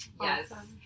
Yes